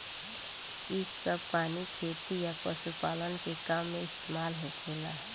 इ सभ पानी खेती आ पशुपालन के काम में इस्तमाल होखेला